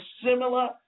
similar